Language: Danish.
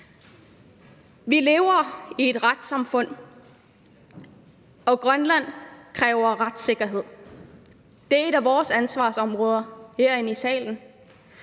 Vi lever i et retssamfund, og Grønland kræver retssikkerhed. Det er et af vores ansvarsområder herinde i salen,